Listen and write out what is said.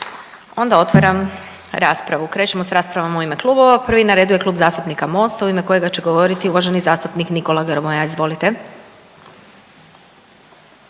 onda otvaram raspravu. Krećemo s raspravom u ime klubova, prvi na redu je Klub zastupnika Mosta u ime kojega će govoriti uvaženi zastupnik Nikola Grmoja. Izvolite.